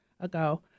ago